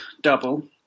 double